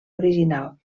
original